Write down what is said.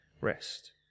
rest